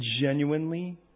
genuinely